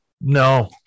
No